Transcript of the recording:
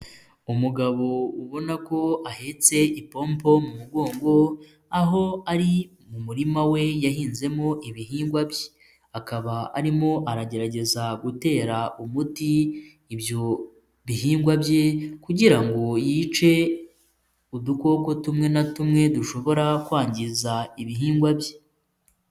Umugabo ubona ko ahetse ipopo mu mugongo, aho ari mu murima we yahinzemo ibihingwa bye, akaba arimo aragerageza gutera umuti ibyo bihingwa bye kugira ngo yice udukoko tumwe na tumwe dushobora kwangiza ibihingwa bye.